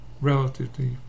relatively